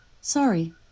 Sorry